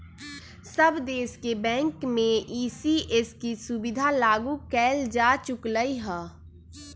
सब देश के बैंक में ई.सी.एस के सुविधा लागू कएल जा चुकलई ह